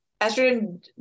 estrogen